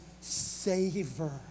savor